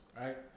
Right